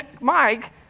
Mike